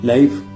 Life